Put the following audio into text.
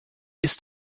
ist